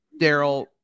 Daryl